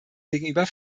gegenüber